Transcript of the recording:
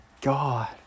god